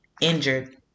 injured